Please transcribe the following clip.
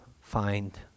find